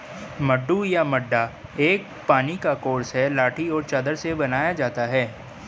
मड्डू या मड्डा एक पानी का कोर्स है लाठी और चादर से बनाया जाता है